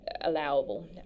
allowable